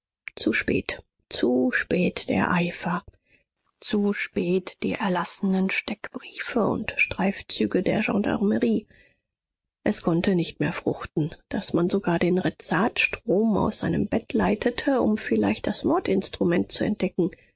zu spät zu spät der eifer zu spät die erlassenen steckbriefe und streifzüge der gendarmerie es konnte nicht mehr fruchten daß man sogar den rezatstrom aus seinem bett leitete um vielleicht das mordinstrument zu entdecken